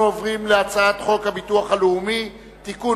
אנחנו עוברים להצעת חוק הביטוח הלאומי (תיקון,